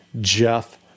Jeff